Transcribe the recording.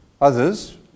others